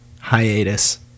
hiatus